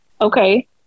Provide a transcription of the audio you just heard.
okay